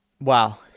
Wow